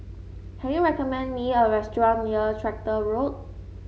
can you recommend me a restaurant near Tractor Road